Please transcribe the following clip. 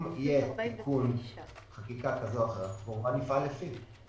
אם יהיה תיקון חקיקה כזה או אחר אנחנו כמובן נפעל על פיו.